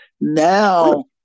Now